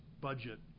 budget